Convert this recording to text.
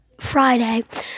Friday